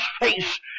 face